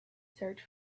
search